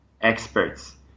experts